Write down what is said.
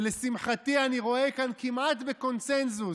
ולשמחתי אני רואה כאן כמעט בקונסנזוס,